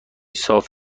صاف